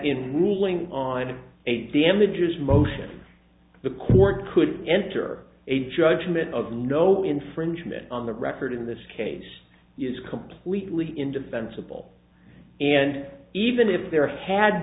in ruling on a damages motion the court could enter a judgment of no infringement on the record in this case is completely indefensible and even if there had